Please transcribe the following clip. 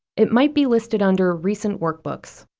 it might be listed under recent workbooks.